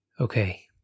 Okay